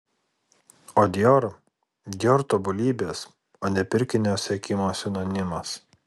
o dior dior tobulybės o ne pirkinio siekimo sinonimas